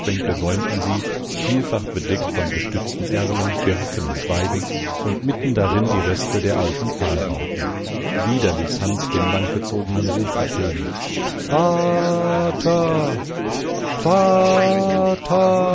sie vielfach bedeckt von gestürzten erlen birken und weiden und mitten darin die reste der alten pfahlbauten wieder ließ hans den langgezogenen ruf ertönen